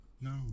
No